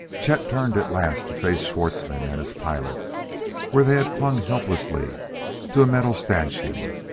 chet turned at last to face schwartzmann and his pilot where they had clung helplessly to a metal stanchion.